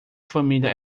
família